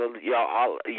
y'all